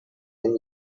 and